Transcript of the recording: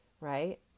right